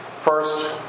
First